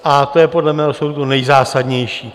A to je podle mého soudu nejzásadnější.